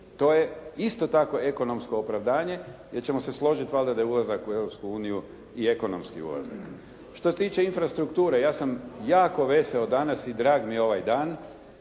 To je isto tako ekonomsko opravdanje, jer ćemo se složiti valjda da je ulazak u Europsku uniju i ekonomski ulazak. Što se tiče infrastrukture, ja sam jako veseo danas i drag mi je ovaj dan,